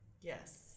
Yes